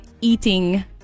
eating